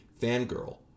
fangirl